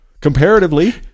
comparatively